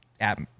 app